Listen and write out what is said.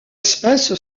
espèce